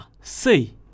say